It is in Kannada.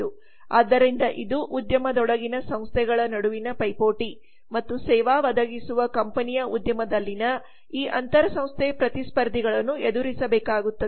ಆದ್ದರಿಂದ ಇದು ಉದ್ಯಮದೊಳಗಿನ ಸಂಸ್ಥೆಗಳ ನಡುವಿನ ಪೈಪೋಟಿ ಮತ್ತು ಸೇವಾ ಒದಗಿಸುವ ಕಂಪನಿಯು ಉದ್ಯಮದಲ್ಲಿನ ಈ ಅಂತರ ಸಂಸ್ಥೆ ಪ್ರತಿಸ್ಪರ್ಧಿಗಳನ್ನು ಎದುರಿಸಬೇಕಾಗುತ್ತದೆ